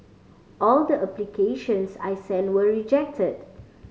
all the applications I sent were rejected